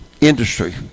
Industry